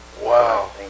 Wow